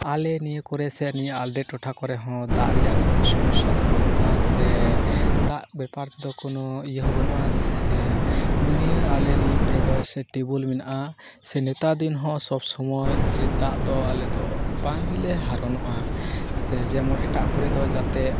ᱟᱞᱮ ᱱᱤᱭᱟᱹ ᱠᱚᱨᱮ ᱥᱮ ᱟᱞᱮ ᱴᱚᱴᱷᱟ ᱠᱚᱨᱮ ᱦᱚᱸ ᱫᱟᱜ ᱨᱮᱭᱟᱜ ᱠᱳᱱᱳ ᱥᱚᱢᱚᱥᱟ ᱫᱚ ᱵᱟᱹᱱᱩᱜᱼᱟ ᱥᱮ ᱫᱟᱜ ᱵᱮᱯᱟᱨ ᱫᱚ ᱠᱚᱱᱳ ᱤᱭᱟᱹ ᱦᱚᱸ ᱵᱟᱹᱱᱩᱜᱼᱟ ᱥᱮ ᱱᱤᱭᱟᱹ ᱟᱞᱮ ᱱᱤᱭᱟᱹ ᱠᱚᱨᱮ ᱫᱚ ᱥᱮ ᱴᱤᱭᱩᱵᱽᱣᱚᱭᱮᱞ ᱢᱮᱱᱟᱜᱼᱟ ᱥᱮ ᱱᱟᱛᱟᱨ ᱫᱤᱱ ᱦᱚᱸ ᱥᱚᱵ ᱥᱚᱢᱳᱭ ᱡᱮ ᱫᱟᱜ ᱫᱚ ᱟᱞᱮ ᱫᱚ ᱵᱟᱝ ᱜᱮᱞᱮ ᱦᱟᱨᱚᱱᱚᱜᱼᱟ ᱥᱮ ᱡᱮᱢᱚᱱ ᱮᱴᱟᱜ ᱠᱚᱨᱮ ᱫᱚ ᱡᱟᱛᱮ